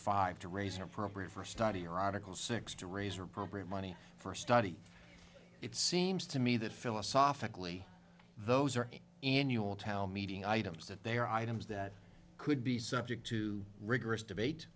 five to raise or appropriate for a study or article six to raise or appropriate money for a study it seems to me that philosophically those are annual town meeting items that they are items that could be subject to rigorous debate